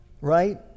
Right